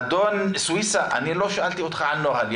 אדון סויסא, אני לא שאלתי אותך על נוהל.